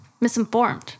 misinformed